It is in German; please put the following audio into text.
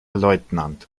leutnant